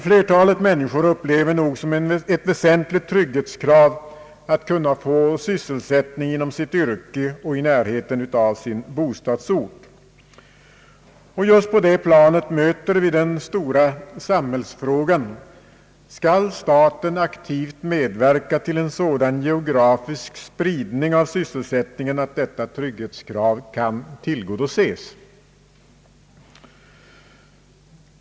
Flertalet människor upplever nog som ett väsentligt trygghetskrav att kunna få sysselsättning inom sitt yrke och i närheten av sin bostadsort. Just på det planet möter vi den stora samhällsfrågan: Skall staten aktivt medverka till en sådan geografisk spridning av sysselsättningen att detta trygghetskrav kan tillgodoses?